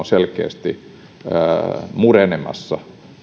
selkeästi murenemassa